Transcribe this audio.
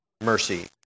mercy